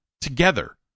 together